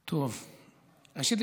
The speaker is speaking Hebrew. ראשית,